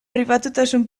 pribatutasun